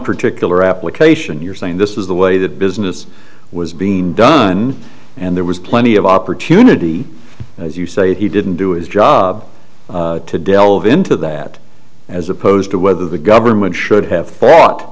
particular application you're saying this was the way the business was being done and there was plenty of opportunity as you say he didn't do his job to delve into that as opposed to whether the government should have thought